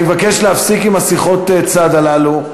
אני מבקש להפסיק עם שיחות הצד האלה.